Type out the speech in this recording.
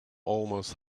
almost